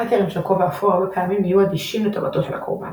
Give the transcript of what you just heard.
האקרים של כובע אפור הרבה פעמים יהיו אדישים לטובתו של הקורבן,